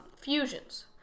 Fusions